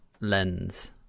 lens